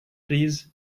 trees